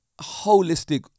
holistic